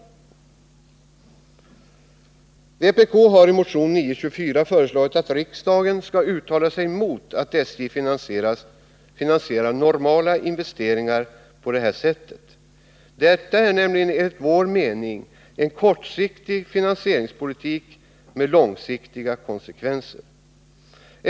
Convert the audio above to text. Vpk har i motion 924 föreslagit att riksdagen skall uttala sig mot att SJ finansierar normala investeringar på detta sätt. Det är nämligen enligt vår mening en kortsiktig finansieringspolitik med långsiktiga konsekvenser.